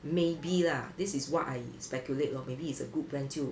maybe lah this is what I speculate lor maybe it's a good brand 就